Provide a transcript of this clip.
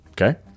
Okay